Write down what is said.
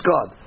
God